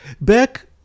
Back